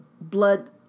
blood